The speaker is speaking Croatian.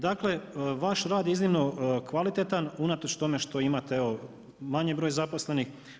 Dakle, vaš rad je iznimno kvalitetan unatoč tome što imate evo manji broj zaposlenih.